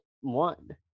one